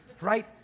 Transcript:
Right